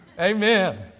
Amen